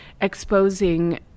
exposing